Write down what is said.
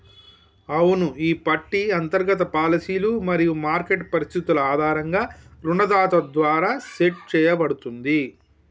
అవును ఈ పట్టి అంతర్గత పాలసీలు మరియు మార్కెట్ పరిస్థితులు ఆధారంగా రుణదాత ద్వారా సెట్ సేయబడుతుంది